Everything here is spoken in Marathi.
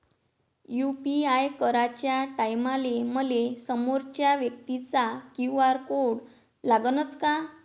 यू.पी.आय कराच्या टायमाले मले समोरच्या व्यक्तीचा क्यू.आर कोड लागनच का?